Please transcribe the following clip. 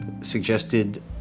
suggested